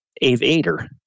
Aviator